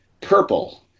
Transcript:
purple